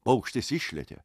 paukštis išlėkė